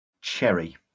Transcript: Cherry